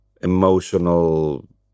emotional